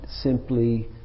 simply